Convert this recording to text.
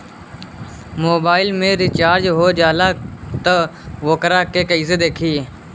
Mobile में recharge हो जाला त वोकरा के कइसे देखी?